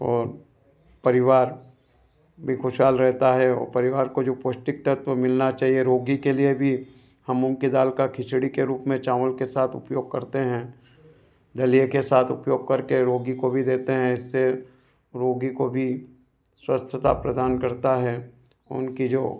और परिवार भी खुशहाल रहता है और परिवार को जो पौष्टिक तत्व मिलना चाहिए रोगी के लिए भी हम मूंग की दाल का खिचड़ी के रूप में चावल के साथ उपयोग करते हैं दलिए के साथ उपयोग करके रोगी को भी देते हैं इससे रोगी को भी स्वस्थता प्रदान करता है उनकी जो